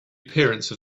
appearance